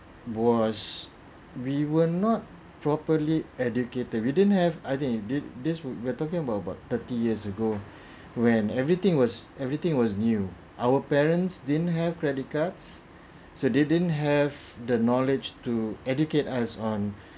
was we were not properly educated we didn't have I think did this we are talking about about thirty years ago when everything was everything was new our parents didn't have credit cards so they didn't have the knowledge to educate us on